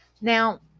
Now